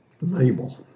Label